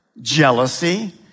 jealousy